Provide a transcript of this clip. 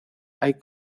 hay